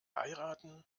heiraten